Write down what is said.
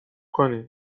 کنین